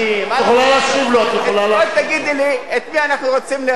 בואי תגידי לי את מי אנחנו רוצים לרמות,